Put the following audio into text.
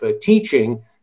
teaching